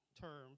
term